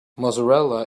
mozzarella